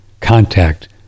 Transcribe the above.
contact